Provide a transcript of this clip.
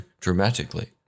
dramatically